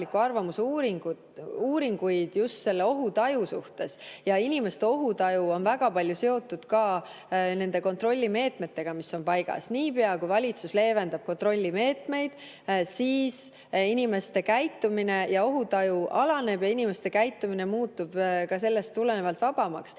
ja inimeste ohutaju on väga palju seotud ka kontrollimeetmetega, mis on paigas. Niipea kui valitsus leevendab kontrollimeetmeid, siis inimeste ohutaju alaneb ja käitumine muutub sellest tulenevalt vabamaks.